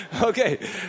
okay